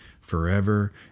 forever